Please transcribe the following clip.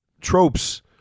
tropes